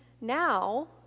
now